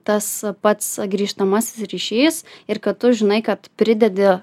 tas pats grįžtamasis ryšys ir kad tu žinai kad pridedi